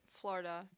Florida